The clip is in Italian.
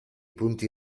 punti